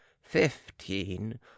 fifteen